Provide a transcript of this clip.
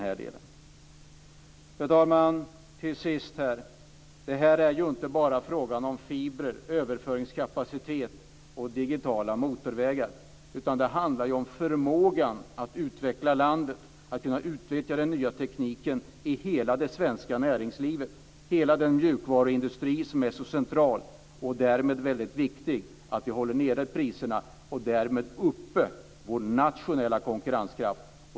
Fru talman! Jag vill också till sist säga att det här inte bara är fråga om fibrer, överföringskapacitet och digitala motorvägar. Det handlar om förmågan att utveckla landet, att kunna utnyttja den nya tekniken i hela det svenska näringslivet. Det gäller hela den mjukvaruindustri som är så central. Det är väldigt viktigt att vi håller nere priserna och därmed håller uppe vår nationella konkurrenskraft.